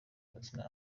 platnmuz